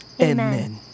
Amen